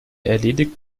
erledigt